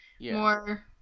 more